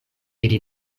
ili